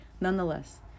nonetheless